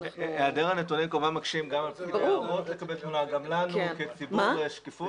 היעדר הנתונים כמובן מקשה גם על פקיד היערות וגם עלינו מבחינת השקיפות.